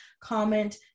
comment